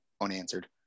unanswered